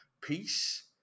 Peace